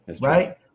Right